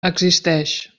existeix